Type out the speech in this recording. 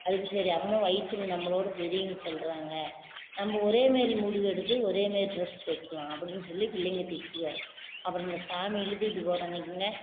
அதுக்கு சரி அம்மா வயசில் நம்மளோடு பெரியவங்க சொல்கிறாங்க நம்ம ஒரேமாரி முடிவு எடுத்து ஒரேமாரி ட்ரெஸ் தைக்கிலாம் அப்படின்னு சொல்லி பிள்ளைங்க தைச்சிக்குவாங்க அப்புறம் இந்த சாமி இழுத்துக்கிட்டு போகிற அன்றைக்கிங்க